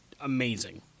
amazing